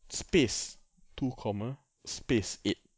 space two comma space eight